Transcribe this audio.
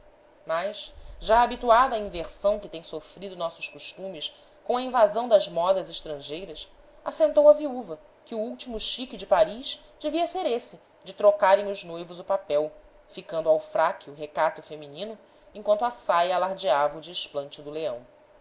mas já habituada à inversão que têm sofrido nossos costumes com a invasão das modas estrangeiras assentou a viúva que o último chique de paris devia ser esse de trocarem os noivos o papel ficando ao fraque o recato feminino enquanto a saia alardeava o desplante do leão